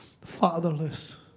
fatherless